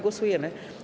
Głosujemy.